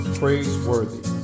praiseworthy